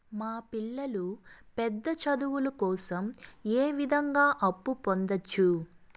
మా పిల్లలు పెద్ద చదువులు కోసం ఏ విధంగా అప్పు పొందొచ్చు?